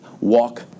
Walk